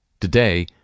today